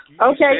Okay